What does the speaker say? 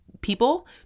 people